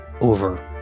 over